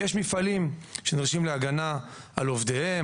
יש מפעלים --- להגנה על עובדיהם,